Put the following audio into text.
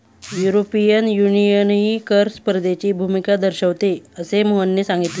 European युनियनही कर स्पर्धेची भूमिका दर्शविते, असे मोहनने सांगितले